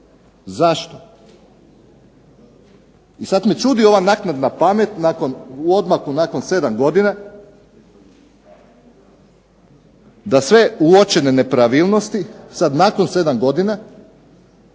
Zašto? I sad me čudi ova naknadna pamet u odmaku nakon 7 godina da sve uočene nepravilnosti sad nakon 7 godina,